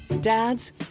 Dads